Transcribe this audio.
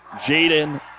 Jaden